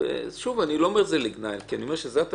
ללא קשר לזהות